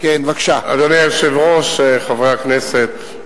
אדוני היושב-ראש, חברי הכנסת,